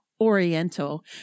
Oriental